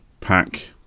pack